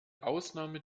ausnahme